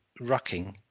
rucking